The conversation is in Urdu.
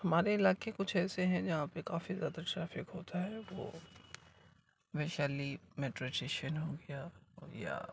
ہمارے علاقے کچھ ایسے ہیں جہاں پہ کافی زیادہ ٹریفک ہوتا ہے وہ ویشالی میٹرو اسٹیشن ہو گیا یا